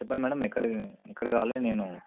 చెప్పండి మేడం ఎక్కడ ఎక్కడ కావాలి నేను